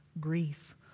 grief